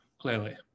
clearly